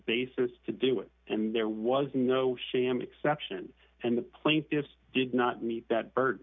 basis to do it and there was no sham exception and the plaintiffs did not meet that burd